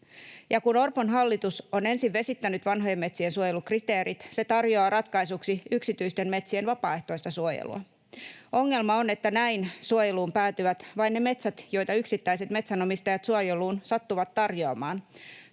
kun Orpon hallitus on ensin vesittänyt vanhojen metsien suojelun kriteerit, se tarjoaa ratkaisuksi yksityisten metsien vapaaehtoista suojelua. Ongelma on, että näin suojeluun päätyvät vain ne metsät, joita yksittäiset metsänomistajat suojeluun sattuvat tarjoamaan.